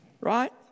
Right